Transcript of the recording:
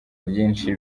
ryinshi